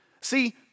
See